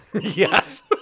Yes